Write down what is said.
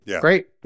Great